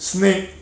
snake